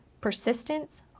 persistence